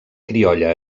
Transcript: criolla